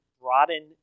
broaden